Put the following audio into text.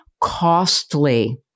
costly